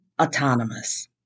autonomous